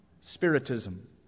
Spiritism